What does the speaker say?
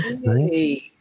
nice